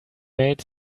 made